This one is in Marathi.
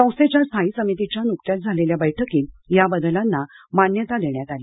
संस्थेच्या स्थायी समितीच्या नुकत्याच झालेल्या बैठकीत या बदलांना मान्यता देण्यात देण्यात आली